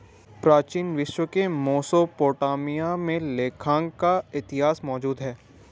प्राचीन विश्व के मेसोपोटामिया में लेखांकन का इतिहास मौजूद है